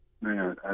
man